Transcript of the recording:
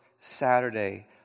Saturday